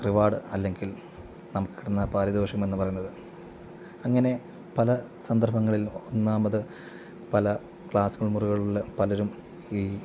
reward അല്ലെങ്കിൽ നമുക്ക് കിട്ടുന്ന പാരിതോഷികം എന്ന് പറയുന്നത് അങ്ങനെ പല സന്ദർഭങ്ങളിൽ ഒന്നാമത് പല ക്ലാസ്റൂമുകളിൽ പലരും ഈ